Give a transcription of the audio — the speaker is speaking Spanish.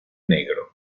negro